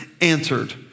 answered